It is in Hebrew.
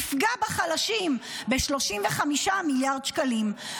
יפגע בחלשים ב-35 מיליארד שקלים.